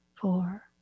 four